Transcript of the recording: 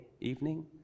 evening